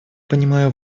понимаю